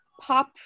pop